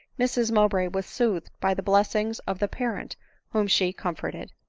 mrs mowbray was soothed by the blessings of the parent whom she comforted.